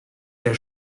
der